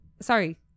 Sorry